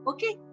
Okay